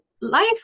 life